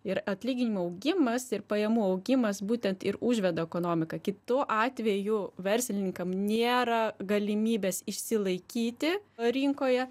ir atlyginimų augimas ir pajamų augimas būtent ir užveda ekonomiką kitu atveju verslininkam nėra galimybės išsilaikyti rinkoje